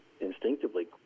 instinctively